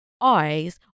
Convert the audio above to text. eyes